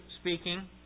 speaking